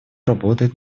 работает